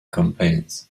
campaigns